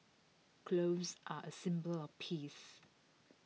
clothes are A symbol of peace